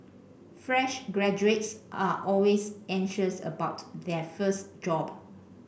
fresh graduates are always anxious about their first job